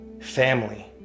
family